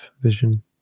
vision